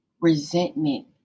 resentment